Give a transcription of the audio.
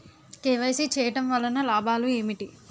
KYC చేయటం వలన లాభాలు ఏమిటి?